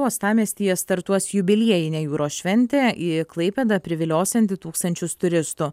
uostamiestyje startuos jubiliejinė jūros šventė į klaipėdą priviliosianti tūkstančius turistų